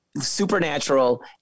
supernatural